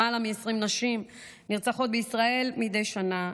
למעלה מ-20 נשים נרצחות מדי שנה.